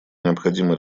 необходимо